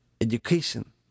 education